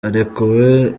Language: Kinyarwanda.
arekuwe